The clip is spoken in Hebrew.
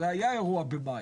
הרי היה אירוע במאי,